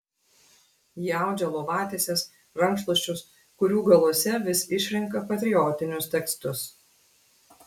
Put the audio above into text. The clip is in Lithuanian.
ji audžia lovatieses rankšluosčius kurių galuose vis išrenka patriotinius tekstus